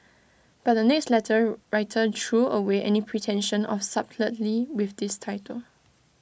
but the next letter writer threw away any pretension of subtlety with this title